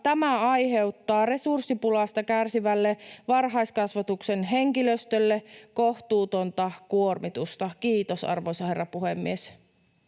tämä aiheuttaa resurssipulasta kärsivälle varhaiskasvatuksen henkilöstölle kohtuutonta kuormitusta. — Kiitos, arvoisa herra puhemies.